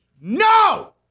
No